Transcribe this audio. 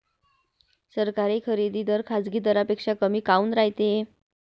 सरकारी खरेदी दर खाजगी दरापेक्षा कमी काऊन रायते?